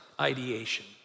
ideation